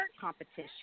competition